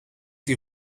die